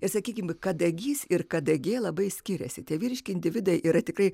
ir sakykime kadagys ir kadangi labai skiriasi tie vyriški individai yra tikrai